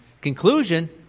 Conclusion